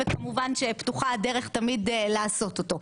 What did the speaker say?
וכמובן שפתוחה הדרך תמיד לעשות אותו.